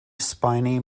spiny